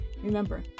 Remember